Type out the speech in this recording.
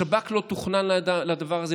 השב"כ לא תוכנן לדבר הזה.